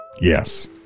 Yes